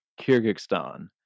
Kyrgyzstan